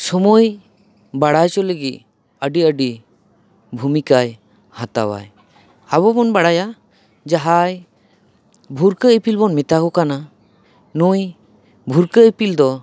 ᱥᱚᱢᱚᱭ ᱵᱟᱲᱟᱭᱪᱚ ᱞᱟᱹᱜᱤᱫ ᱟᱹᱰᱤ ᱟᱹᱰᱤ ᱵᱷᱩᱱᱤᱠᱟᱭ ᱦᱟᱛᱟᱣᱟ ᱟᱵᱚ ᱵᱚᱱ ᱵᱟᱲᱟᱭᱟ ᱡᱟᱦᱟᱸᱭ ᱵᱷᱩᱨᱠᱟᱹᱜ ᱤᱯᱤᱞ ᱵᱚᱱ ᱢᱮᱛᱟ ᱠᱚ ᱠᱟᱱᱟ ᱱᱩᱭ ᱵᱷᱩᱨᱠᱟᱹᱜ ᱤᱯᱤᱞ ᱫᱚ